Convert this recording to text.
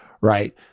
right